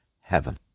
heaven